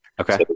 Okay